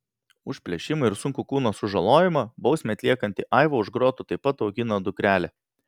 už plėšimą ir sunkų kūno sužalojimą bausmę atliekanti aiva už grotų taip pat augina dukrelę